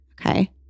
Okay